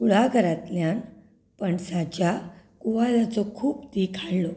कुळागरांतल्यान पणसाच्या कोवळ्याचो खूब दीख हाडलो